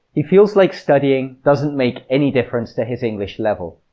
he feels like studying doesn't make any difference to his english level.